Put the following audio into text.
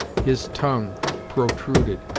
his tongue protruded,